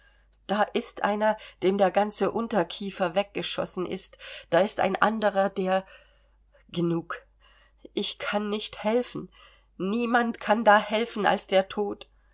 da ist einer dem der ganze unterkiefer weggeschossen ist da ist ein anderer der genug ich kann nicht helfen niemand kann da helfen als der tod